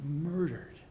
murdered